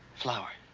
flower.